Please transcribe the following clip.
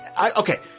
Okay